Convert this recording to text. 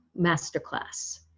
masterclass